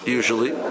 usually